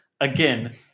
again